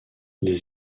les